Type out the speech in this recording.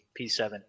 P7